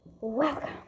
welcome